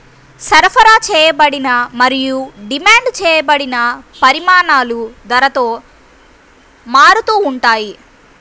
సరఫరా చేయబడిన మరియు డిమాండ్ చేయబడిన పరిమాణాలు ధరతో మారుతూ ఉంటాయి